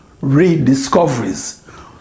rediscoveries